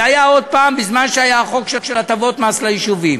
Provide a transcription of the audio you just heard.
זה היה עוד פעם בחוק של הטבות מס ליישובים.